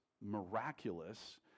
miraculous